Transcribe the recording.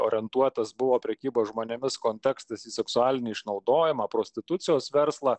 orientuotas buvo prekybos žmonėmis kontekstas į seksualinį išnaudojimą prostitucijos verslą